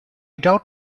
doubt